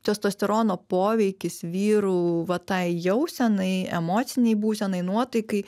testosterono poveikis vyrų va tai jausenai emocinei būsenai nuotaikai